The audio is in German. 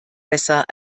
besser